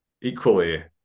equally